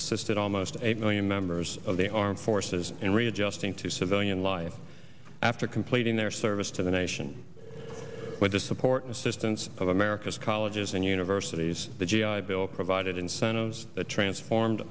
assisted almost a million members of the armed forces in readjusting to civilian life after completing their service to the nation with the support and assistance of america's colleges and universities the g i bill provided incentives that transformed